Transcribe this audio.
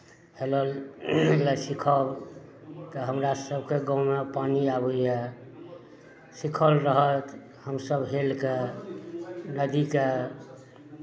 हेलल हेलनाइ सीखब तऽ हमरा सभके गाँवमे पानि अबैए सीखल रहत हमसभ हेलि कऽ नदीके